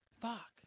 Fuck